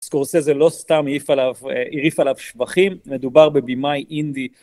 סקורסזה לא סתם העריף עליו... הרעיף עליו שבחים. מדובר בבימאי אינדי,